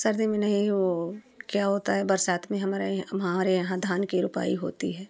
सर्दी में नहीं वह क्या होता है बरसात में हमारा यहाँ हमारे यहाँ धान की रोपाई होती है